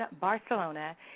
Barcelona